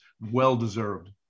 well-deserved